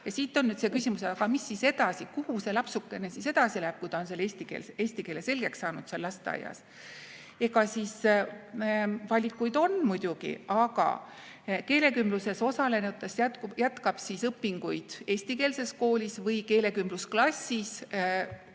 Ja siit on see küsimus, aga mis siis edasi. Kuhu see lapsukene siis edasi läheb, kui ta on eesti keele selgeks saanud seal lasteaias? Eks valikuid on muidugi, aga keelekümbluses osalenutest jätkab õpinguid eestikeelses koolis või keelekümblusklassis